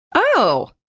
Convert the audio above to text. oh,